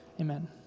amen